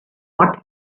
what